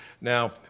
Now